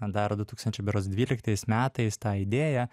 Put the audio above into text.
dar du tūkstančiai berods dvyliktais metais tą idėją